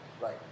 Right